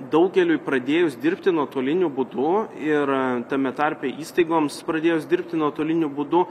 daugeliui pradėjus dirbti nuotoliniu būdu ir tame tarpe įstaigoms pradėjus dirbti nuotoliniu būdu